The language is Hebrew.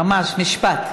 ממש משפט.